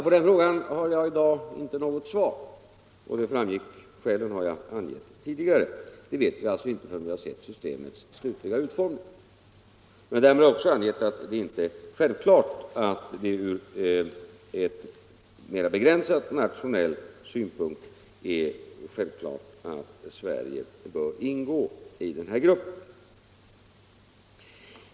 På den frågan har jag i dag inte något svar. Skälen härtill har jag angett tidigare: detta vet vi inte förrän vi har sett systemets slutliga utformning. Men därmed har jag också angett att det inte ur mera begränsad nationell synpunkt är självklart att Sverige bör ingå i den här gruppen.